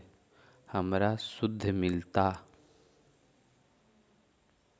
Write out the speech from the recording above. हमरा शुद्ध मिलता?